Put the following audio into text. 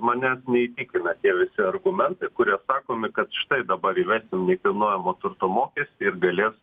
manęs neįtikina tie visi argumentai kurie sakomi kad štai dabar įvesim nekilnojamo turto mokestį ir galės